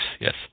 Yes